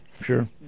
sure